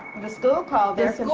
the school called.